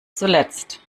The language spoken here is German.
zuletzt